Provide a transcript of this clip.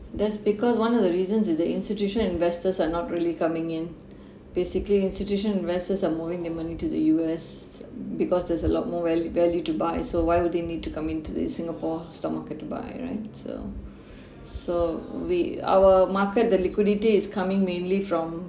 that's because one of the reason is the institution investors are not really coming in basically institution investors are moving their money to the U_S because there's a lot more value value to buy so why would they need to come into the singapore stock market to buy right so so we our market the liquidity is coming mainly from